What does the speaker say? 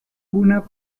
una